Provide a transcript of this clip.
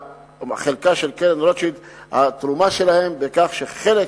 והתרומה של קרן רוטשילד היא בכך שחלק